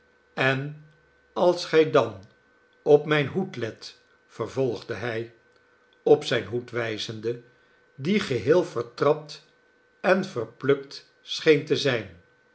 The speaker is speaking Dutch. en als gij dan op mijn hoed let vervolgde hij op zijn hoed wijzende die geheel vertrapt en verplukt scheen te zijn